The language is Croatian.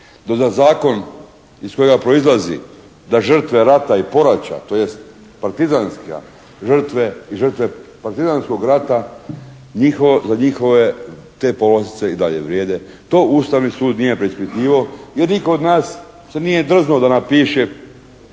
Da za zakon iz kojega proizlazi da žrtve rata i poraća, tj. partizanske žrtve i žrtve partizanskog rata za njihove te povlastice i dalje vrijede. To Ustavni sud nije preispitivao jer nitko od nas se nije drznuo da napiše